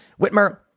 Whitmer